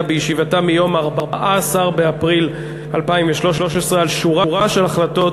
בישיבתה ביום 14 באפריל 2013 שורה של החלטות